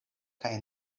kaj